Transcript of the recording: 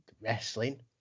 wrestling